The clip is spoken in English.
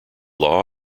law